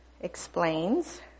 explains